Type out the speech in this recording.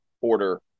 order